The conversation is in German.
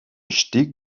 stieg